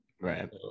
Right